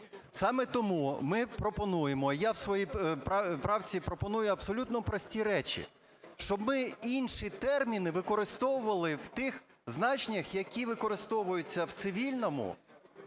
Саме тому ми пропонуємо... я в своїй правці пропоную абсолютно прості речі, щоб ми інші терміни використовували в тих значеннях, які використовуються в Цивільному